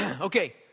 Okay